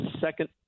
second